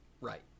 right